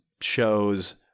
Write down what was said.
shows